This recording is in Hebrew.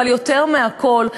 אבל יותר מהכול,